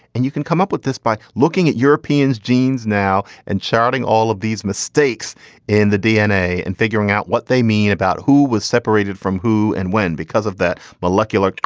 and you can come up with this by looking at europeans genes now and charting all of these mistakes in the dna and figuring out what they mean about who was separated from who and when because of that molecular